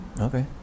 Okay